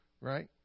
Right